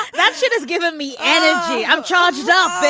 that shit has given me energy. i'm charged up